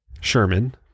Sherman